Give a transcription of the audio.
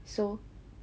so